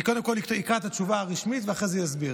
אני קודם כול אקרא את התשובה הרשמית ואחרי זה אסביר,